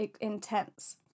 intense